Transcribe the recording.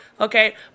Okay